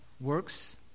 Works